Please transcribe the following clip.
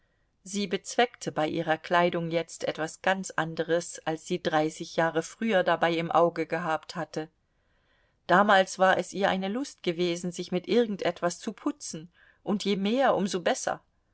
sie bezweckte bei ihrer kleidung jetzt etwas ganz anderes als sie dreißig jahre früher dabei im auge gehabt hatte damals war es ihr eine lust gewesen sich mit irgend etwas zu putzen und je mehr um so besser